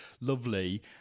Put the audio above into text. lovely